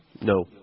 No